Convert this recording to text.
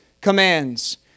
commands